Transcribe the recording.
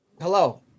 Hello